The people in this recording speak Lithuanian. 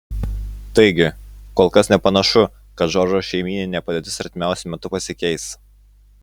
taigi kol kas nepanašu kad džordžo šeimyninė padėtis artimiausiu metu pasikeis